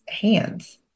hands